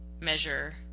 measure